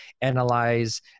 analyze